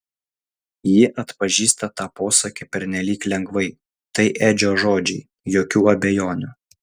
ji atpažįsta tą posakį pernelyg lengvai tai edžio žodžiai jokių abejonių